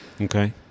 Okay